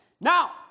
Now